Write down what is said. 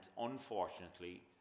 unfortunately